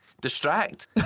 Distract